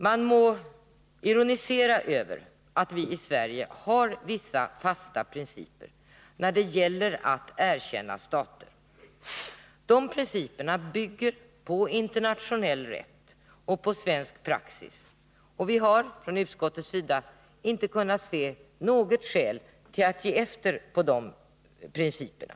Man må ironisera över att vi i Sverige har vissa fasta principer när det gäller att erkänna stater. Dessa principer bygger på internationell rätt och på svensk praxis, och vi har från utskottets sida inte kunnat se något skäl till att ge efter på de principerna.